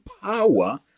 power